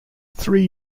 three